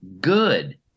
good